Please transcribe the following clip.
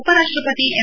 ಉಪರಾಷ್ಟ ಪತಿ ಎಂ